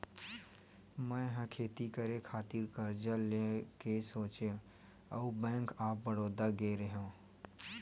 मै ह खेती करे खातिर करजा लेय के सोचेंव अउ बेंक ऑफ बड़ौदा गेव रेहेव